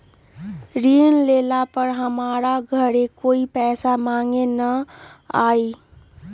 ऋण लेला पर हमरा घरे कोई पैसा मांगे नहीं न आई?